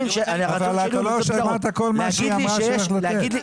אבל אתה לא שמעת את כל מה שהיא אמרה שהיא הולכת לתת.